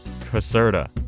Caserta